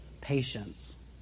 patience